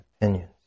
opinions